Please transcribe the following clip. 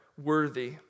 worthy